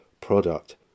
product